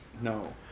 No